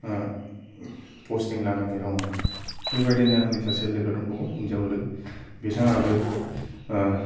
posting लानानै दङ' बेबायदिनो आंनि सासे लोगो दंबावो हिन्जाव लोगो बिथांआबो